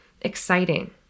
exciting